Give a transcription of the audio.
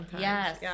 Yes